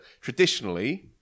traditionally